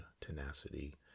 tenacity